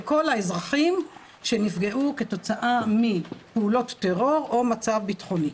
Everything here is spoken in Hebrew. בכל האזרחים שנפגעו כתוצאה מפעולות טרור או מצב בטחוני.